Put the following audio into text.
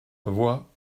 voi